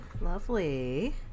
Lovely